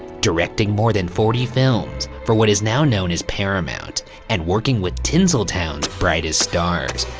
directing more than forty films for what is now known as paramount and working with tinseltown's brightest stars.